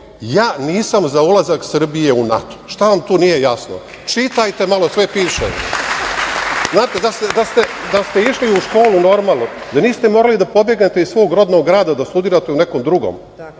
ja nisam za ulazak Srbije u NATO. Šta vam tu nije jasno? Čitajte malo, sve piše. Znate, da ste išli u školu normalno, da niste morali da pobegnete iz svog rodnog grada da studirate u nekom drugom, nešto